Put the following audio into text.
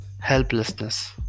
helplessness